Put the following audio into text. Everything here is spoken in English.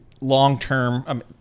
long-term